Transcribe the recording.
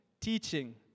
teaching